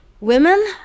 women